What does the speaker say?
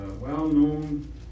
well-known